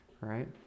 Right